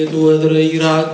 it was really you know